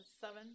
Seven